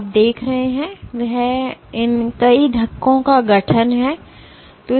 तो आप जो देख रहे हैं वह इन कई धक्कों का गठन है